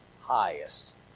highest